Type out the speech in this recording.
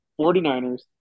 49ers